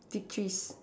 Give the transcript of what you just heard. tetris